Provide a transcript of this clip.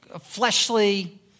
fleshly